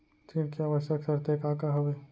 ऋण के आवश्यक शर्तें का का हवे?